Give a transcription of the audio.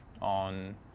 on